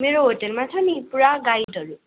मेरो होटेलमा छ नि पुरा गाइडहरू